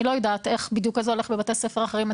אני לא יודעת איך זה בדיוק הולך בבתי ספר אחרים.